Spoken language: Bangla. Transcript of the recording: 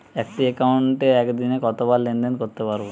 একটি একাউন্টে একদিনে কতবার লেনদেন করতে পারব?